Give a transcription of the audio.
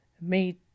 made